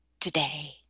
today